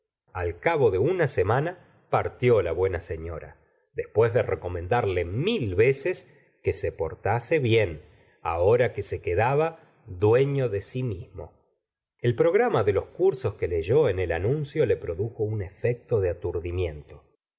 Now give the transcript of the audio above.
al cabo de una semana partió la buena señora después de recomendarle mil veces que se portase bien ahora que se quedaba dueño de si mismo el programa de los cursos que leyó en el anuncio le produjo un efecto de aturdimiento